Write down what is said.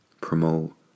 promote